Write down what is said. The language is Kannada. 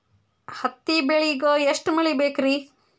ಹತ್ತಿ ಬೆಳಿಗ ಎಷ್ಟ ಮಳಿ ಬೇಕ್ ರಿ?